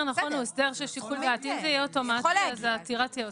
אם זה יהיה אוטומטי, אז העתירה תהיה אוטומטית.